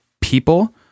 people